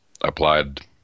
applied